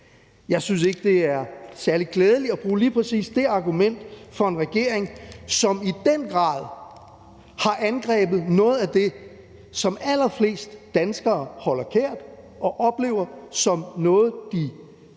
Jeg synes ikke, det er særlig klædeligt at bruge lige præcis det argument af en regering, som i den grad har angrebet noget af det, som allerflest danskere holder kært og oplever som noget, de